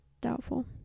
Doubtful